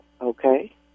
Okay